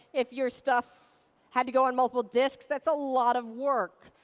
if your stuff had to go on multiple disks, that's a lot of work.